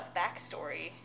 backstory